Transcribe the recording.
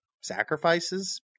sacrifices